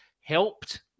helped